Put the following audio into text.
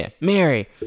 Mary